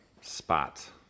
spot